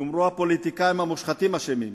יאמרו: הפוליטיקאים המושחתים אשמים,